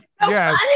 Yes